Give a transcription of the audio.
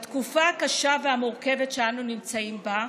בתקופה הקשה והמורכבת שאנו נמצאים בה,